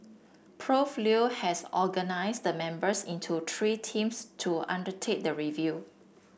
Prof Leo has organised the members into three teams to undertake the review